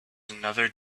another